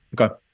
Okay